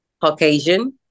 Caucasian